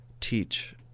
teach